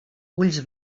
ulls